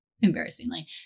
embarrassingly